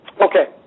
Okay